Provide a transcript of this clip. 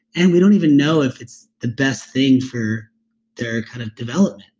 and we don't even know if it's the best thing for their kind of development.